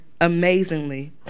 amazingly